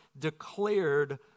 declared